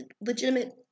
legitimate